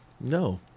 No